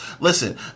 Listen